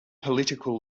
political